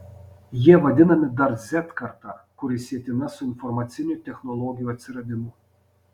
jie vadinami dar z karta kuri sietina su informacinių technologijų atsiradimu